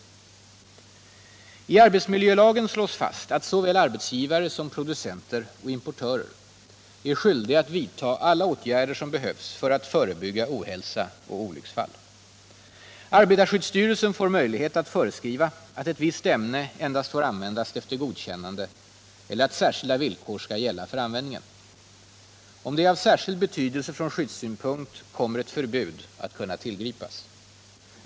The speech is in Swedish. I arbetsmiljölagen slås fast att såväl arbetsgivare som producenter och importörer är skyldiga att vidta alla åtgärder som behövs för att förebygga ohälsa och olycksfall. Arbetarskyddsstyrelsen får möjlighet att föreskriva att ett visst ämne endast får användas efter godkännande eller att särskilda villkor skall gälla för användningen. Om det är av särskild betydelse från skyddssynpunkt kommer ett förbud att kunna tillgripas.